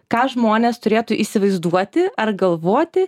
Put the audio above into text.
ką žmonės turėtų įsivaizduoti ar galvoti